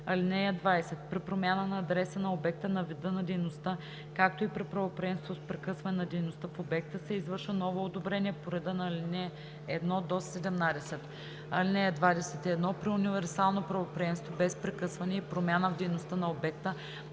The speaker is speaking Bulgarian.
(20) При промяна на адреса на обекта, на вида на дейността, както и при правоприемство с прекъсване на дейността в обекта, се извършва ново одобрение по реда на ал. 1 – 17. (21) При универсално правоприемство без прекъсване и промяна в дейността на обекта,